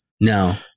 no